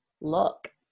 look